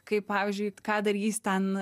kaip pavyzdžiui ką darys ten